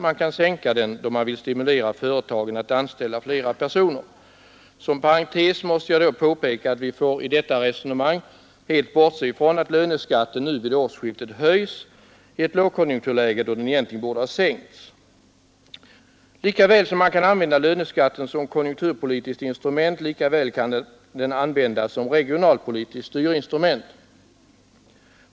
Man kan sänka den då man vill stimulera företagen att anställa flera personer. — Som en parentes måste jag då påpeka att vi får i detta resonemang helt bortse ifrån att löneskatten nu vid årsskiftet höjs i ett lågkonjunkturläge då den egentligen borde ha sänkts. Lika väl som man kan använda löneskatten som konjunkturpolitiskt instrument, lika väl kan den användas som regionalpolitiskt styrinstru js så Ä : 5 SEK SN 10 november 1972 ment.